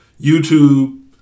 YouTube